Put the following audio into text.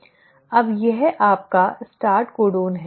अब यह आपका स्टार्ट कोडन है